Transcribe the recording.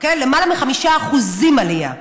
למעלה מ-5% עלייה.